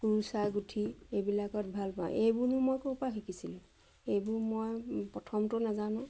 কুৰ্চা গুঠি এইবিলাকত ভাল পাওঁ এইবোৰনো মই ক'ৰপৰা শিকিছিলোঁ এইবোৰ মই প্ৰথমতো নাজানো